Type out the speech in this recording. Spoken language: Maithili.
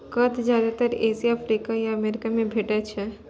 कंद जादेतर एशिया, अफ्रीका आ अमेरिका मे भेटैत छैक